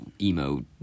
emo